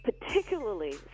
particularly